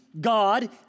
God